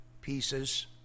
pieces